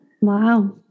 wow